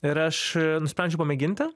ir aš nusprendžiau pamėginti